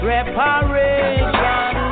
Reparation